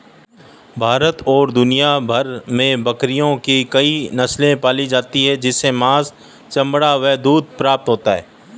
भारत और दुनिया भर में बकरियों की कई नस्ले पाली जाती हैं जिनसे मांस, चमड़ा व दूध प्राप्त होता है